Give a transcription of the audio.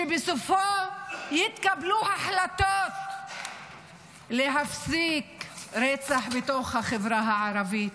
שבסופו יתקבלו החלטות להפסיק את הרצח בתוך החברה הערבית.